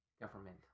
government